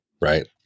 right